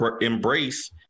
embrace